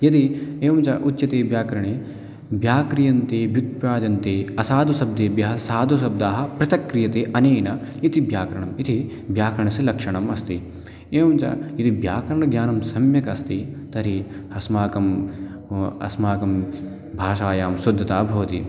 यदि एवञ्च उच्यते व्याकरणे व्याक्रियन्ते व्युत्पादन्ते असाधुः शब्देभ्यः साधुशब्दः पृथक्क्रियते अनेन इति व्याकरणम् इति व्याकरणस्य लक्षणम् अस्ति एवञ्च यदि व्याकरणज्ञानं सम्यक् अस्ति तर्हि अस्माकम् अस्माकं भाषायां शुद्धता भवति